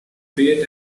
pay